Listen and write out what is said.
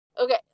okay